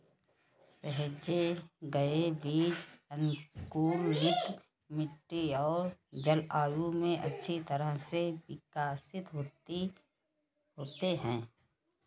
सहेजे गए बीज अनुकूलित मिट्टी और जलवायु में अच्छी तरह से विकसित होते हैं